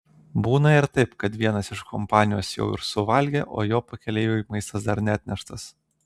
būna ir taip kad vienas iš kompanijos jau ir suvalgė o jo pakeleiviui maistas dar neatneštas